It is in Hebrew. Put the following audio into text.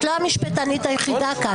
מערכת המשפט,